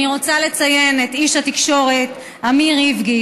אני רוצה לציין את איש התקשורת אמיר איבגי,